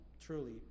truly